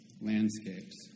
landscapes